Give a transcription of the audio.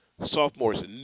sophomores